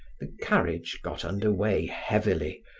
the carriage got under way heavily,